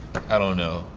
i don't know, ah,